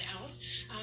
else